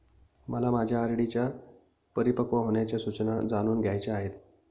मला माझ्या आर.डी च्या परिपक्व होण्याच्या सूचना जाणून घ्यायच्या आहेत